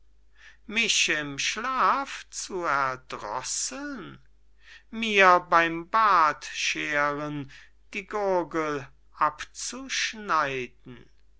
mich im schlaf zu erdrosseln mir beym bartscheren die gurgel abzuschneiden